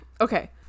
okay